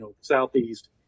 southeast